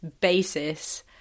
basis